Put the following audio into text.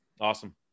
Awesome